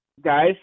Guys